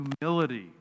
humility